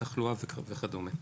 תחלואה וכדומה.